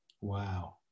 Wow